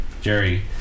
Jerry